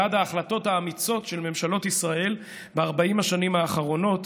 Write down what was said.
ועד ההחלטות האמיצות של ממשלות ישראל ב-40 השנים האחרונות,